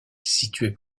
situé